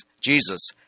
Jesus